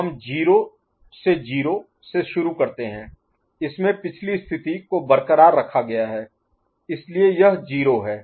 तो हम 0 से 0 से शुरू करते हैं इसमें पिछली स्थिति को बरकरार रखा गया है इसलिए यह 0 है